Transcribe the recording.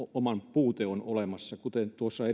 puute on olemassa kuten tuossa